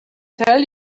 tell